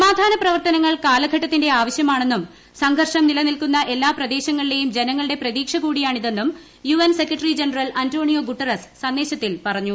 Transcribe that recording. സമാധാന പ്രവർത്തനങ്ങൾ കാലഘട്ടത്തിന്റെ ആവശ്യമാണെന്നും സംഘർഷം നിലനിൽക്കുന്ന എല്ലാ പ്രദേശങ്ങളിലെയും ജനങ്ങളുടെ പ്രതീക്ഷ കൂടിയാണിതെന്നും U N secretary general Antonio Guterres സന്ദേശത്തിൽ പറഞ്ഞു